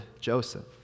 Joseph